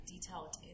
detailed